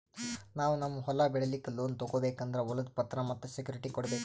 ನಾವ್ ನಮ್ ಹೊಲ ಬೆಳಿಲಿಕ್ಕ್ ಲೋನ್ ತಗೋಬೇಕ್ ಅಂದ್ರ ಹೊಲದ್ ಪತ್ರ ಮತ್ತ್ ಸೆಕ್ಯೂರಿಟಿ ಕೊಡ್ಬೇಕ್